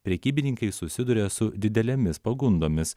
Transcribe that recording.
prekybininkai susiduria su didelėmis pagundomis